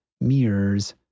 mirrors